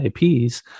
IPs